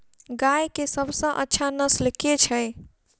गाय केँ सबसँ अच्छा नस्ल केँ छैय?